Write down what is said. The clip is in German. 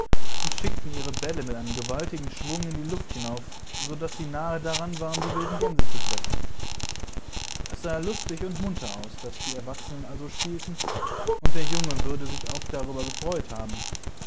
und schickten ihre bälle mit einem gewaltigen schwung in die luft hinauf daß sie nahe daran waren die wilden gänse zu treffen essahlustigundmunteraus daßdieerwachsenenalsospielten und der junge würde sich auch darüber gefreut haben